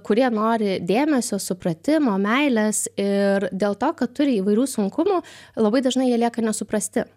kurie nori dėmesio supratimo meilės ir dėl to kad turi įvairių sunkumų labai dažnai jie lieka nesuprasti